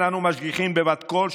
אין אנו משגיחין בבת קול,